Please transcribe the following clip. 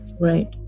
Right